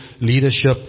leadership